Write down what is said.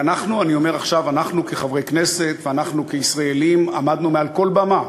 אנחנו כחברי כנסת ואנחנו כישראלים עמדנו מעל כל במה